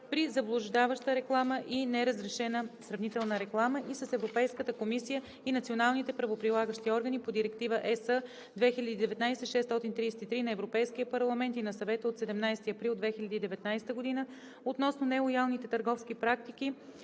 при заблуждаваща реклама и неразрешена сравнителна реклама и с Европейската комисия и националните правоприлагащи органи по Директива (ЕС) 2019/633 на Европейския парламент и на Съвета от 17 април 2019 г. относно нелоялните търговски практики